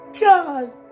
God